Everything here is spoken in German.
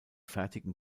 fertigen